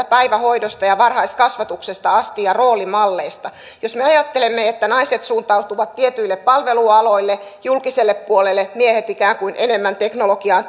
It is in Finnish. päivähoidosta ja varhaiskasvatuksesta asti ja roolimalleista jos me me ajattelemme että naiset suuntautuvat tietyille palvelualoille ja julkiselle puolelle ja miehet ikään kuin enemmän teknologiaan